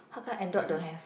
how come adult don't have